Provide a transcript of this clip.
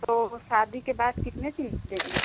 तो शादी के बाद कितने दिन देंगे